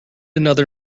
another